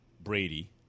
Brady